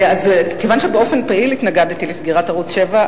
כיוון שבאופן פעיל התנגדתי לסגירת ערוץ-7,